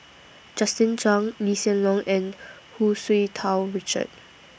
Justin Zhuang Lee Hsien Loong and Hu Tsu Tau Richard